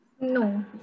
No